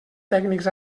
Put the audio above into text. tècnics